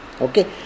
okay